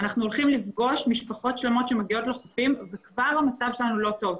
אנחנו הולכים לפגוש משפחות שלמות שמגיעות לחופים וכבר המצב שלנו לא טוב,